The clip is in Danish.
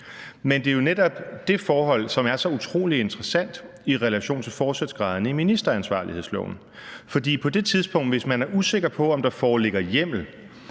Men det er jo netop det forhold, som er så utrolig interessant i relation til forsætsgraderne i ministeransvarlighedsloven. For hvis man på det tidspunkt er usikker på, om der foreligger hjemmel,